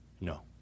no